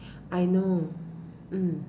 I know mm